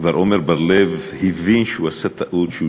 כבר עמר בר-לב הבין שהוא עשה טעות כשהוא